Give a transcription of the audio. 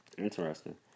Interesting